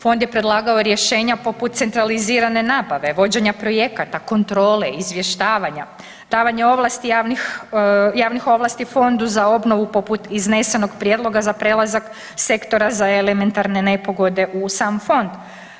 Fond je predlagao rješenja poput centralizirane nabave, vođenja projekata, kontrole, izvještavanja, davanja ovlasti javnih, javnih ovlasti fondu za obnovu poput iznesenog prijedloga za prelazak sektora za elementarne nepogode u sam fond.